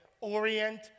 orient